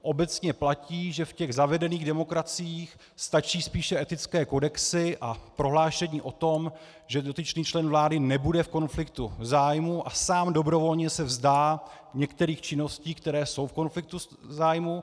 Obecně platí, že v zavedených demokraciích stačí spíše etické kodexy a prohlášení o tom, že dotyčný člen vlády nebude v konfliktu zájmů a sám dobrovolně se vzdá některých činností, které jsou v konfliktu zájmů.